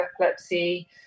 epilepsy